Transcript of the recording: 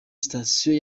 sitasiyo